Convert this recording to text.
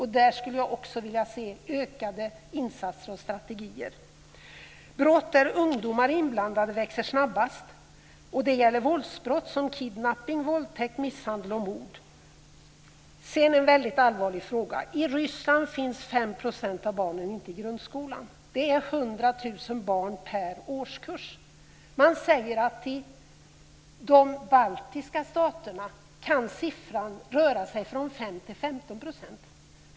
Här skulle jag också vilja se ökade insatser och strategier. Antalet brott som ungdomar är inblandade i växer snabbast. Det gäller våldsbrott som kidnappning, våldtäkt, misshandel och mord. Sedan vill jag ta upp en väldigt allvarlig fråga. I Ryssland finns 5 % av barnen inte i grundskolan. Det är 100 000 barn per årskurs. Man säger att i de baltiska staterna kan siffran röra sig från 5 % till 15 %.